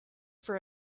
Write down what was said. for